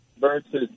Versus